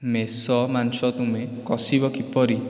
ମେଷ ମାଂସ ତୁମେ କଷିବ କିପରି